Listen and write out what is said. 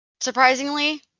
Surprisingly